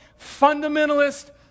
fundamentalist